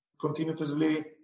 continuously